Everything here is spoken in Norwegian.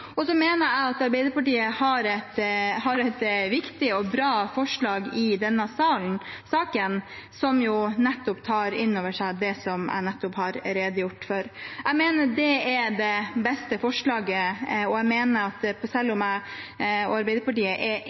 Og så mener jeg at Arbeiderpartiet i denne saken har et viktig og bra forslag, som jo nettopp tar inn over seg det som jeg nettopp har redegjort for. Jeg mener det er det beste forslaget, og selv om jeg og Arbeiderpartiet er